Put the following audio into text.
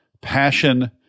passion